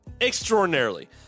Extraordinarily